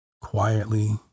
Quietly